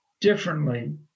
differently